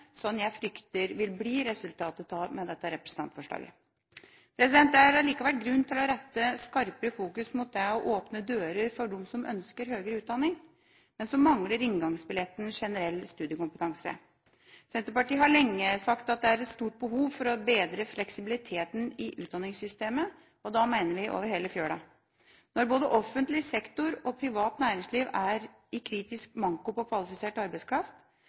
jeg frykter vil bli resultatet av representantforslaget. Det er allikevel grunn til å rette skarpere fokus mot det å åpne dører for dem som ønsker høyere utdanning, men som mangler inngangsbilletten «generell studiekompetanse». Senterpartiet har lenge sagt at det er et stort behov for å bedre fleksibiliteten i utdanningssystemet, og da mener vi over hele fjøla. Når både offentlig sektor og privat næringsliv har kritisk manko på kvalifisert arbeidskraft,